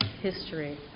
history